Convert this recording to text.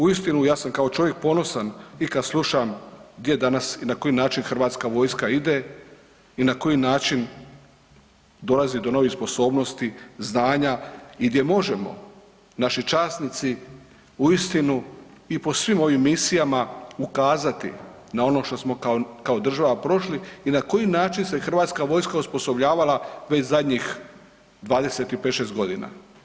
Uistinu ja sam kao čovjek ponosan i kada slušam gdje danas i na koji način hrvatska vojska ide i na koji način dolazi do novih sposobnosti, znanja i gdje možemo naši časnici uistinu i po svim ovim misijama ukazati na ono što smo kao država prošli i na koji način se hrvatska vojska osposobljavala već zadnjih 25, šest godina.